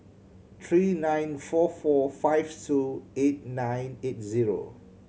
three nine four four five two eight nine eight zero